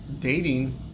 dating